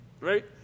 right